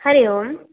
Hari Om